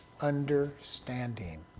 understanding